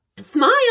Smile